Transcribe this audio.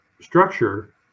structure